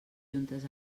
juntes